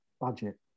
budget